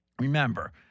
Remember